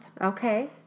Okay